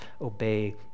obey